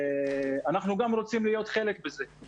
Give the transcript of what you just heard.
אנחנו גם רוצים להיות חלק בזה.